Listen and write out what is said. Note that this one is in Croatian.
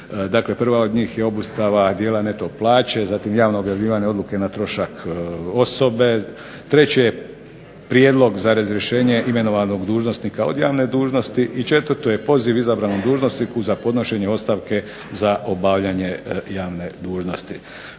dakle prva od njih je obustava dijela neto plaće, zatim …/Ne razumije se./… odluke na trošak osobe, treće prijedlog za razrješenje imenovanog dužnosnika od javne dužnosti i četvrto je poziv izabranom dužnosniku za podnošenje ostavke za obavljanje javne dužnosti.